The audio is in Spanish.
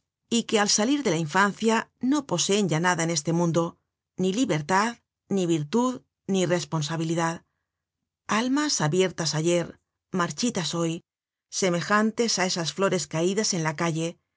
y que al salir de la infancia no poseen ya nada en este mundo ni libertad ni virtud ni responsabilidad almas abiertas ayer marchitas hoy semejantes á esas flores caidas en la calle